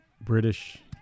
British